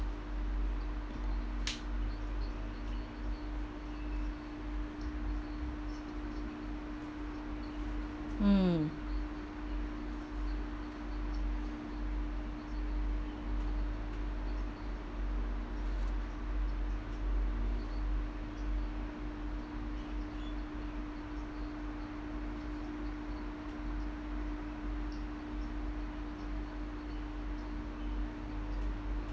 mm